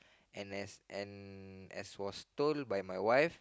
and as and as was told by my wife